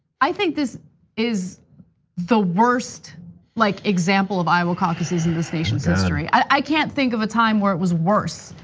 i think this is the worst like example of iowa caucuses in this nation's history. i can't think of a time where it was worse.